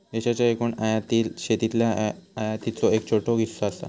देशाच्या एकूण आयातीत शेतीतल्या आयातीचो एक छोटो हिस्सो असा